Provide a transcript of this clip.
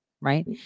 right